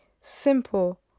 simple